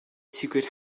secret